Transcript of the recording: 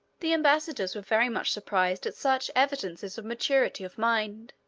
the embassadors were very much surprised at such evidences of maturity of mind,